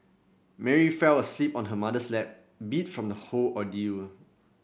Mary fell asleep on her mother's lap beat from the whole ordeal